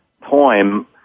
poem